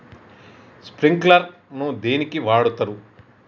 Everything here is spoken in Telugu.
స్ప్రింక్లర్ ను దేనికి వాడుతరు?